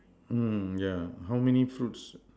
mm yeah how many fruits